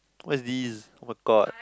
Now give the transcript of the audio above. what is this [oh]-my-god